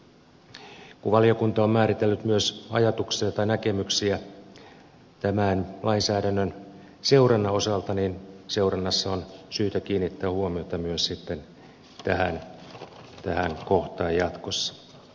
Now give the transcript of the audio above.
kun valiokunta on määritellyt myös ajatuksia tai näkemyksiä tämän lainsäädännön seurannan osalta niin seurannassa on sitten syytä kiinnittää huomiota myös tähän kohtaan jatkossa